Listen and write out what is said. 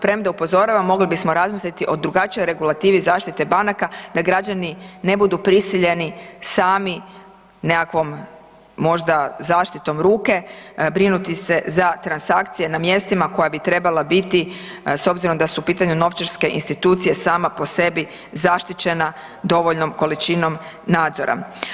Premda upozoravam mogli bismo razmisliti o drugačijoj regulativi zaštite banaka da građani ne budu prisiljeni sami nekakvom možda zaštitom ruke brinuti se za transakcije na mjestima koja bi trebala biti s obzirom da su u pitanju novčarske institucije sama po sebi zaštićena dovoljnom količinom nadzora.